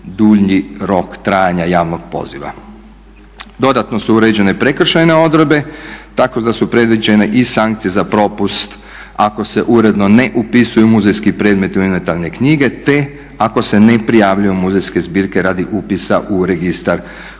dulji rok trajanja javnog poziva. Dodatno su uređene prekršajne odredbe tako da su predviđene i sankcije za propust ako se uredno ne upisuju muzejski predmeti u inventarne knjige te ako se ne prijavljuju muzejske zbirke radi upisa u Registar